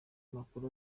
amakuru